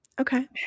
Okay